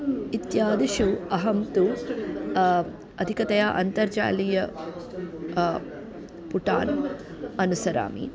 इत्यादिषु अहं तु अधिकतया अन्तर्जालीय पुटान् अनुसरामि